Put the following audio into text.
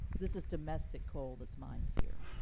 this is domestic coal that's mined here.